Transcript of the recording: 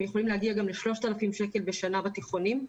הם יכולים להגיע גם ל-3,000 שקל בשנה בתיכונים.